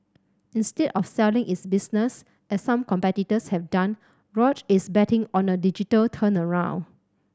instead of selling its business as some competitors have done Roche is betting on a digital turnaround